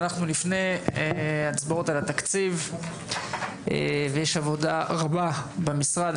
אנחנו לפני הצבעות על התקציב ויש עבודה רבה במשרד,